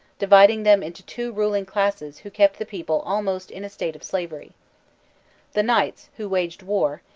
dividing them into two ruling classes who kept the people almost in a state of slavery the knights, who waged war,